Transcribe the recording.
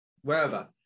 wherever